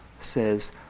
says